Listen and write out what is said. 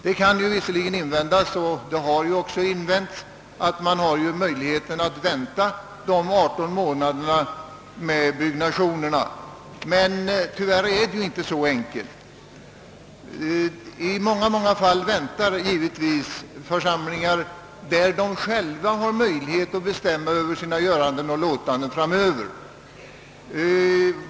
Det har visserligen invänts att man har möjlighet att vänta 18 månader med byggnationen, men tyvärr är det inte så enkelt. I många fall väntar givetvis församlingar då de själva har möjlighet att bestämma över sina göranden och låtanden framöver.